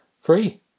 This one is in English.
Free